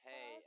Hey